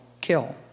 kill